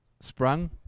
sprung